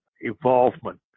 involvement